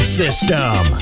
system